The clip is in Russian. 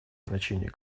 значение